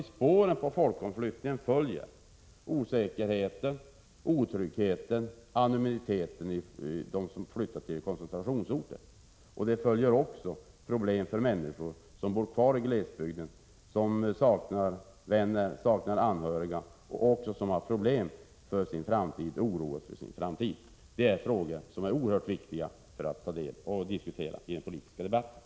I spåren av en folkomflyttning följer osäkerhet, otrygghet och anonymitet för dem som flyttar till koncentrationsorterna. Det blir också problem för människor som bor kvar i glesbygden, som saknar vänner och anhöriga och som har problem inför framtiden och oroar sig för framtiden. Detta är frågor som är oerhört viktiga att diskutera i den politiska debatten.